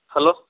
hello